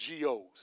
GOs